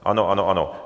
Ano, ano, ano.